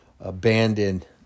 abandoned